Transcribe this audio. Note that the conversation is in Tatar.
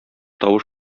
тавыш